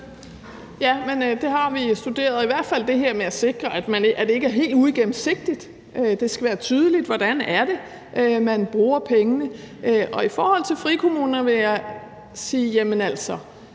Ja, men det har vi studeret – i hvert fald det her med at sikre, at det ikke er helt uigennemsigtigt. Det skal være tydeligt, hvordan det er, man bruger pengene. Og i forhold til frikommuner vil jeg, hvis det er det,